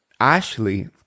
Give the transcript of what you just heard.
Ashley